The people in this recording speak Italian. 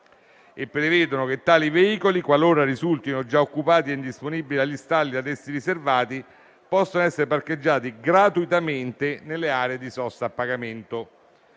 e prevedono che tali veicoli, qualora risultino già occupati e indisponibili agli stalli ad essi riservati, possano essere parcheggiati gratuitamente nelle aree di sosta a pagamento.